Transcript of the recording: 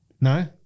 No